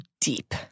deep